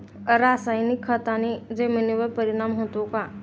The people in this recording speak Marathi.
रासायनिक खताने जमिनीवर परिणाम होतो का?